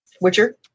witcher